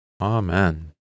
Amen